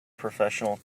professional